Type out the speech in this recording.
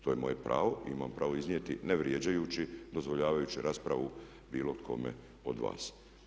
To je moje pravo i imam pravo iznijeti, ne vrijeđajući, dozvoljavajući raspravu bilo kome od vas.